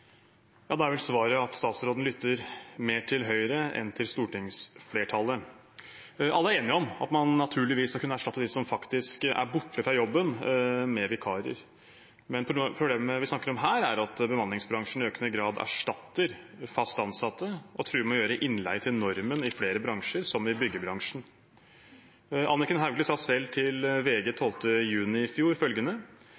Da er vel svaret at statsråden lytter mer til Høyre enn til stortingsflertallet. Alle er enige om at man naturligvis skal kunne erstatte dem som faktisk er borte fra jobben, med vikarer. Men problemet vi snakker om her, er at bemanningsbransjen i økende grad erstatter fast ansatte og truer med å gjøre innleie til normen i flere bransjer, som i byggebransjen. Anniken Hauglie sa selv til VG